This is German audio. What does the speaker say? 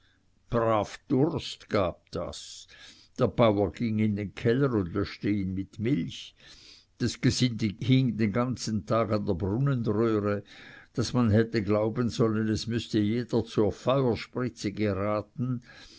brav durst gab das der bauer ging in den keller und löschte ihn mit milch das gesinde hing den ganzen tag an der brunnenröhre daß man hätte glauben sollen es müßte jeder zur feuerspritze geraten